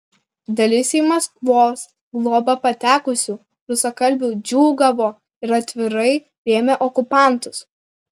dalis į maskvos globą patekusių rusakalbių džiūgavo ir atvirai rėmė okupantus